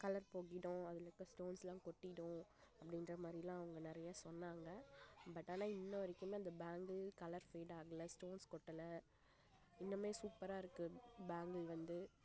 colour போயிடும் அதில் இருக்க ஸ்டோன்ஸ்லாம் கொட்டிவிடும் அப்படின்ற மாதிரில்லான் அவங்க நிறையா சொன்னாங்க பட் ஆனால் இன்னை வரைக்குமே அந்த பேங்கிள் கலர் ஃபேட் ஆகலை ஸ்டோன்ஸ் கொட்டலை இன்னமுமே சூப்பராக இருக்குது பேங்கிள் வந்து